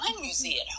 museum